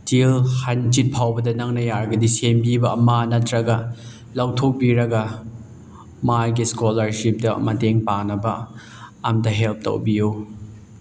ꯊꯤꯌꯣ ꯍꯥꯡꯆꯤꯠ ꯐꯥꯎꯕꯗ ꯅꯪꯅ ꯌꯥꯔꯒꯗꯤ ꯁꯦꯝꯕꯤꯕ ꯑꯃ ꯅꯠꯇ꯭ꯔꯒ ꯂꯧꯊꯣꯛꯄꯤꯔꯒ ꯃꯥꯒꯤ ꯏꯁꯀꯣꯂꯥꯔꯁꯤꯞꯇ ꯃꯇꯦꯡ ꯄꯥꯡꯅꯕ ꯑꯝꯇ ꯍꯦꯜꯞ ꯇꯧꯕꯤꯌꯣ